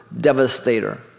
Devastator